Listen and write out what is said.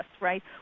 right